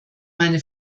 meine